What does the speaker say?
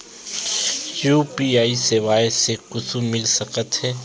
UPI सेवाएं से कुछु मिल सकत हे?